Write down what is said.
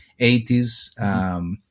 80s